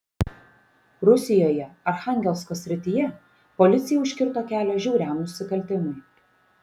rusijoje archangelsko srityje policija užkirto kelią žiauriam nusikaltimui